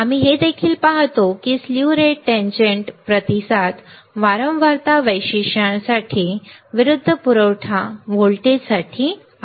आम्ही हे देखील पाहतो की स्ली रेट टेंजेन्ट प्रतिसाद वारंवारता वैशिष्ट्यांसाठी विरूद्ध पुरवठा व्होल्टेजसाठी आहे